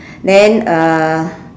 then uh